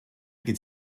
could